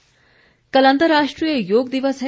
योग दिवस कल अंतर्राष्ट्रीय योग दिवस है